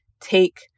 take